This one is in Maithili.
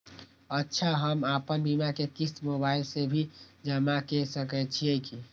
अच्छा हम आपन बीमा के क़िस्त मोबाइल से भी जमा के सकै छीयै की?